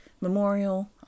memorial